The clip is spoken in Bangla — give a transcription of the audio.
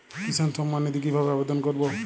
কিষান সম্মাননিধি কিভাবে আবেদন করব?